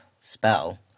spell